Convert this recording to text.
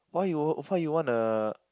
why you why you want a